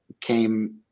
came